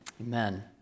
Amen